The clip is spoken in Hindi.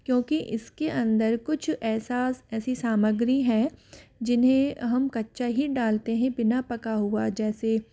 क्योंकि इसके अंदर कुछ ऐसा ऐसी सामग्री है जिन्हें हम कच्चा ही डालते हैं बिना पका हुआ जैसे